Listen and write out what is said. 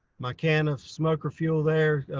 my can of smoker fuel there,